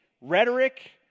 rhetoric